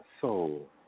soul